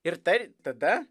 ir tai tada